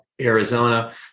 arizona